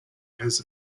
has